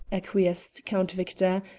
acquiesced count victor,